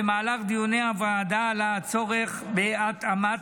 במהלך דיוני הוועדה עלה הצורך בהתאמת